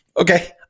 okay